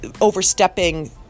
Overstepping